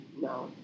No